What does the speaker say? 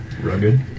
Rugged